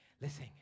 Listen